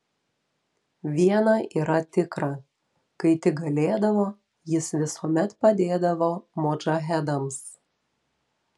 viena yra tikra kai tik galėdavo jis visuomet padėdavo modžahedams